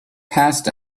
passed